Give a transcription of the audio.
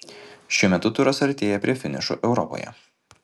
šiuo metu turas artėja prie finišo europoje